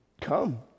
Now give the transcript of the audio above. Come